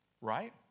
Right